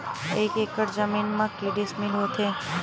एक एकड़ जमीन मा के डिसमिल होथे?